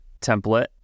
template